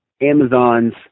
amazon's